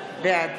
בעד